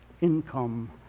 income